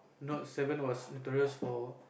Note seven was notorious for